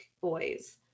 boys